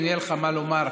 אם יהיה לך מה לומר,